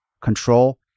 control